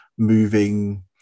moving